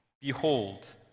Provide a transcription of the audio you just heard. Behold